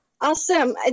Awesome